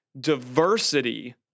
Diversity